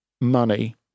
money